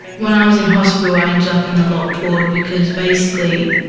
when i was in hospital, i ended up in the locked ward, because basically,